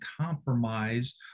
compromise